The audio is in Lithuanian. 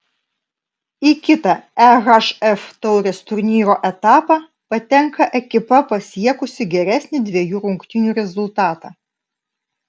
į kitą ehf taurės turnyro etapą patenka ekipa pasiekusi geresnį dviejų rungtynių rezultatą